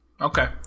Okay